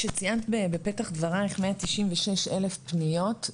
כשציינת בפתח דברייך 196,000 פניות,